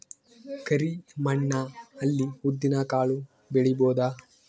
ಕರಿ ಮಣ್ಣ ಅಲ್ಲಿ ಉದ್ದಿನ್ ಕಾಳು ಬೆಳಿಬೋದ?